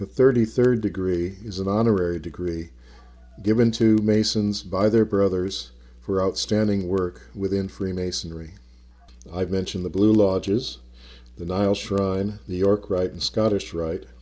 the thirty third degree is an honorary degree given to masons by their brothers for outstanding work within freemasonry i've mentioned the blue lot is the nile shrine the york right and scottish ri